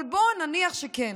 אבל בואו נניח שכן.